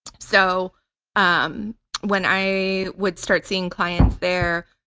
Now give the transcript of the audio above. so um when i would start seeing clients there,